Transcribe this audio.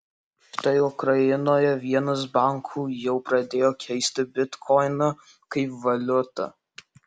štai ukrainoje vienas bankų jau pradėjo keisti bitkoiną kaip valiutą